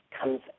comes